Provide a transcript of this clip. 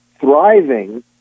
thriving